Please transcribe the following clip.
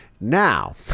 Now